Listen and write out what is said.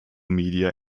media